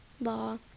law